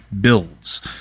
builds